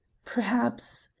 perhaps,